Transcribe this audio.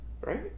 Right